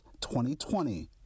2020